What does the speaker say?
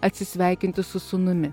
atsisveikinti su sūnumi